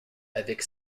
avec